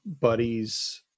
buddies